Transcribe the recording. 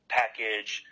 package